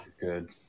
good